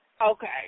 Okay